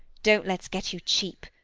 don't let's get you cheap.